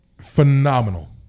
phenomenal